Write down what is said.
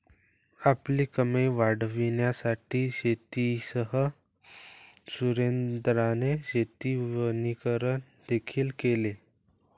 आपली कमाई वाढविण्यासाठी शेतीसह सुरेंद्राने शेती वनीकरण देखील केले